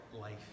life